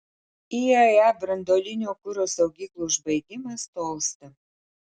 iae branduolinio kuro saugyklų užbaigimas tolsta